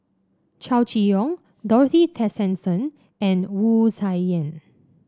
Chow Chee Yong Dorothy Tessensohn and Wu Tsai Yen